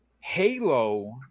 halo